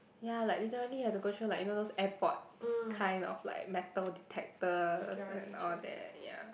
ya like literally you've to go through like you know those airport kind of like metal detectors and all that ya